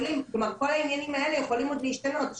כל העניינים האלה עוד יכולים להשתנות.